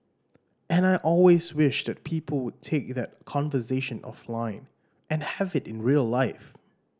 and I always wish that people would take that conversation offline and have it in real life